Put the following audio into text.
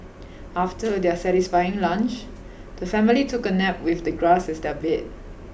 after their satisfying lunch the family took a nap with the grass as their bed